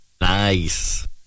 Nice